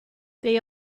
they